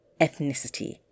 ethnicity